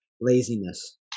laziness